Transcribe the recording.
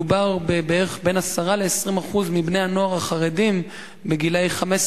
מדובר ב-10% 20% מבני-הנוער החרדים מגיל